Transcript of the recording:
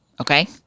Okay